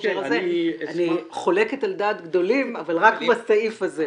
אני חולקת על דעת גדולים, אבל רק בסעיף הזה.